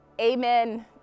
Amen